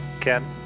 Ken